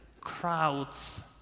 crowds